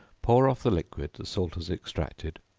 pour off the liquid the salt has extracted,